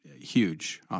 huge